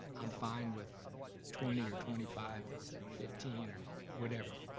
i'm fine with twenty or twenty five or fifteen, or whatever.